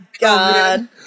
god